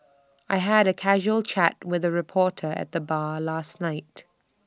I had A casual chat with A reporter at the bar last night